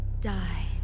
died